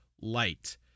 light